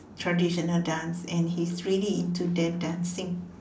traditional dance and he's really into that dancing